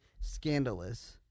scandalous